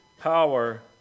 power